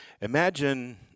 imagine